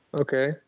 Okay